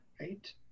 Right